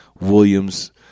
Williams